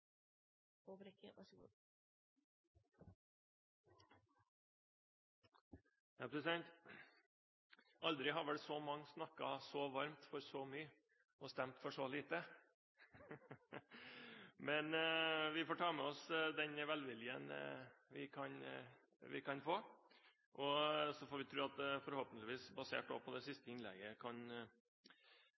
har vel så mange snakket så varmt for så mye og stemt for så lite. Men vi får ta med oss den velviljen vi kan få, så får vi tro at det forhåpentligvis – også basert på det siste innlegget – kan